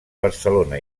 barcelona